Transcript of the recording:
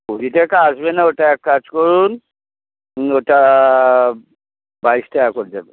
কুড়ি টাকা আসবে না ওটা এক কাজ করুন ওটা বাইশ টাকা করে দেবেন